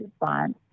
response